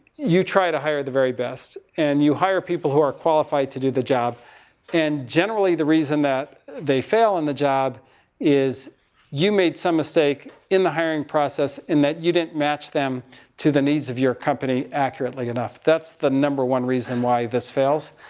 you try to hire the best. and you hire people who are qualified to do the job and generally the reason that they fail in the job is you made some mistake in the hiring process and that you didn't match them to the needs of your company accurately enough. that's the number one reason why this fails.